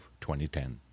2010